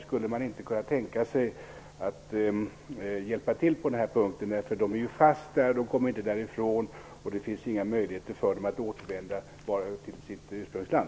Skulle man inte kunna tänka sig att hjälpa till här? De är fast där och kommer inte därifrån. Det finns inga möjligheter för dem att återvända till sitt ursprungsland.